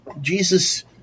Jesus